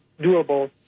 doable